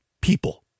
people